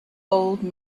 old